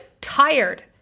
tired